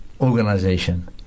organization